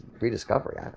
rediscovery